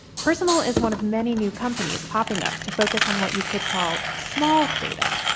personal is one of many new companies popping up to focus on what you could call small data.